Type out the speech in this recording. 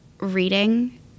reading